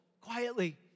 Quietly